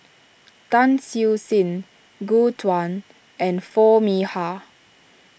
Tan Siew Sin Gu Juan and Foo Mee Har